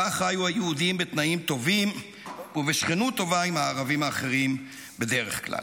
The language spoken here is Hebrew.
שבה חיו היהודים בתנאים טובים ובשכנות טובה עם הערבים האחרים בדרך כלל.